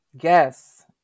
Yes